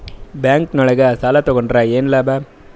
Bank ನೊಳಗ ಸಾಲ ತಗೊಂಡ್ರ ಏನು ಲಾಭ?